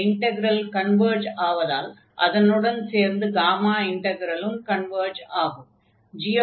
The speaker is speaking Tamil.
இந்த இன்டக்ரல் கன்வர்ஜ் ஆவதால் அதனுடன் சேர்ந்து காமா இன்டக்ரலும் கன்வர்ஜ் ஆகும்